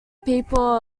people